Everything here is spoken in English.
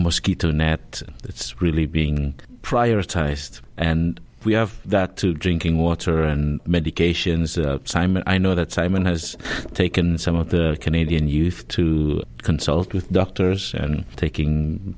mosquito net that's really being prioritized and we have that to drinking water and medications simon i know that simon has taken some of the canadian youth to consult with doctors and taking